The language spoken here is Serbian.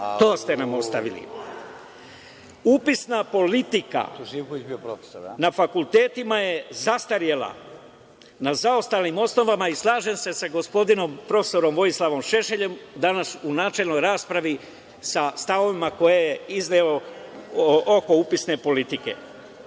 to ste nam ostavili. Upisna politika na fakultetima je zastarela, na zaostalnim odnosima i slažem se sa gospodinom prof. Šešeljem danas u načelnoj raspravi sa stavovima koje je izneo oko upisne politike.